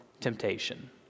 temptation